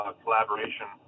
collaboration